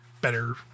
better